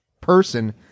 person